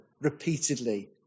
repeatedly